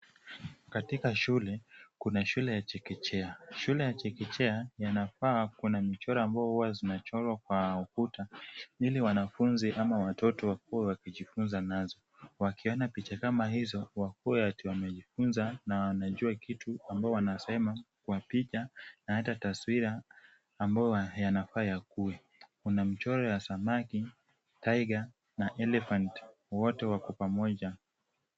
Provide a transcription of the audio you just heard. Katika shule, kuna shule ya chekechea. Shule ya chekechea, yanafaa kuna michoro ambayo huwa zinachorwa kwa ukuta ili wanafunzi ama watoto wakuwe wakijifunza nazo Wakiona picha kama hizo wakuwe eti wamejifunza na wanajua kitu ambao wanasema kwa picha na hata taswira ambao yanafaa yakuwe. kuna mchoro ya samaki, tiger na elephant wote wako pamoja.